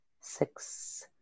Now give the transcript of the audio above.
six